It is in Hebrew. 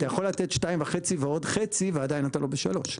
אתה יכול לתת שניים וחצי ועוד חצי ועדיין אתה לא בשלוש.